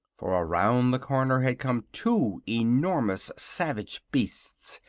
for around the corner had come two enormous savage beasts,